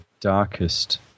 darkest